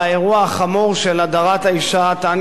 הכנסת אורלי לוי אבקסיס תחליף אותי.